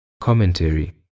Commentary